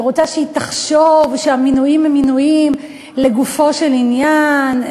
רוצה שהוא יחשוב שהמינויים הם לגופו של עניין,